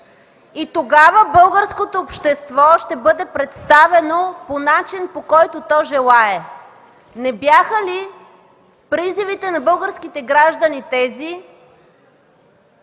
и тогава българското общество ще бъде представено по начин, по който то желае. Не бяха ли тези призивите на българските граждани по